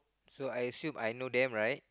so I actually I know them right